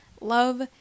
love